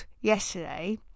yesterday